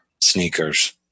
sneakers